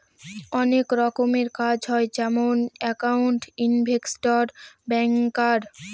অনেক রকমের কাজ হয় যেমন একাউন্ট, ইনভেস্টর, ব্যাঙ্কার